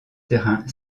terrain